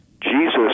Jesus